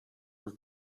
was